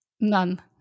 None